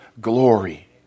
glory